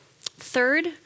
Third